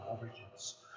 origins